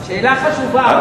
שאלה חשובה.